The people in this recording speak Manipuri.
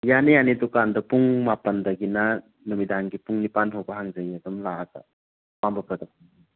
ꯌꯥꯅꯤ ꯌꯥꯅꯤ ꯗꯨꯀꯥꯟꯗꯣ ꯄꯨꯡ ꯃꯄꯥꯟꯗꯒꯤꯅ ꯅꯨꯃꯤꯗꯥꯡꯒꯤ ꯄꯨꯡ ꯅꯤꯄꯥꯟꯐꯥꯎꯕ ꯍꯥꯡꯖꯩꯌꯦ ꯑꯗꯨꯝ ꯂꯥꯛꯑꯒ ꯑꯄꯥꯝꯕ ꯄꯣꯠꯇꯣ ꯈꯟꯕꯤꯌꯨ